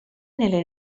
nelle